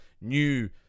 new